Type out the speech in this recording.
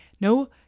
No